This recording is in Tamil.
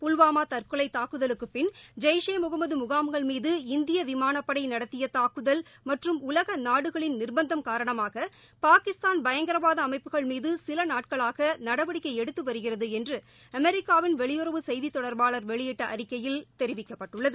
புல்வாமா தற்கொலைத் தாக்குதலுக்குப் பின் ஜெய்ஷே முகமது முகாம்கள் மீது இந்திய விமானப்படை நடத்திய தூக்குதல் மற்றம் உலக நாடுகளின் நிர்ப்பந்தம் காரணமாக பாகிஸ்தான் பயங்கரவாத அமைப்புகள் மீது சில நாட்களாக நடவடிக்கை எடுத்து வருகிறது என்று அமெரிக்காவின் வெளியுறவு செய்தித் தொடர்பாளர் வெளியிட்ட அறிக்கையில் தெரிவிக்கப்பட்டுள்ளது